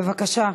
בבקשה.